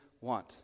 want